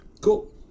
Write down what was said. Cool